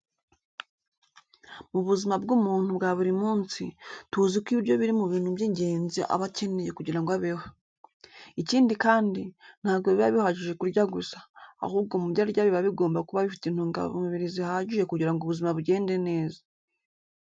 Mu buzima bw'umuntu bwa buri munsi, tuzi ko ibiryo biri mu bintu by'ingenzi aba akeneye kugira ngo abeho. Ikindi kandi, ntabwo biba bihagije kurya gusa, ahubwo mu byo arya biba bigomba kuba bifite intungamubiri zihagije kugira ngo ubuzima bugende neza.